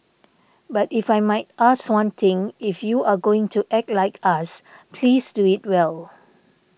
but if I might ask one thing if you are going to act like us please do it well